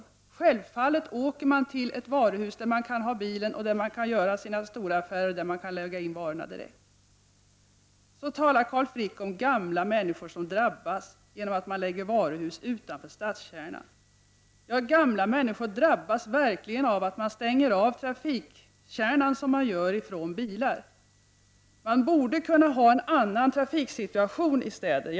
Man åker självfallet till ett varuhus där man kan parkera bilen och göra sina stora inköp av varor som kan läggas direkt i bilen. Carl Frick sade att gamla människor drabbas genom att varuhus anläggs utanför stadskärnan. Gamla människor drabbas verkligen av att trafikkärnan stängs av från bilar. Man borde kunna ha en annan trafiksituation i städer.